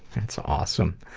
that's awesome.